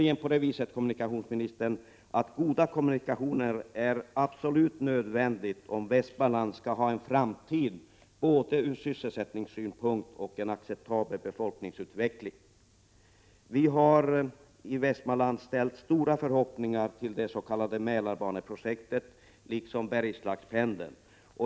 Goda kommunikationer är absolut nödvändiga om Västmanland skall ha en framtid, både när det gäller att upprätthålla och öka sysselsättningen och för att få en acceptabel befolkningsutveckling. Vi har i Västmanland ställt stora förhoppningar till det s.k. Mälarbaneprojektet liksom till Bergslagspendeln.